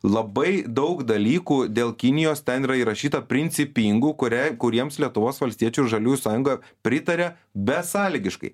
labai daug dalykų dėl kinijos ten yra įrašyta principingų kuriai kuriems lietuvos valstiečių žaliųjų sąjunga pritaria besąlygiškai